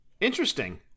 Interesting